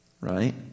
right